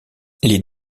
les